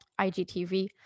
IGTV